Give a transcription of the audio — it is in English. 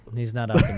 he's not. ah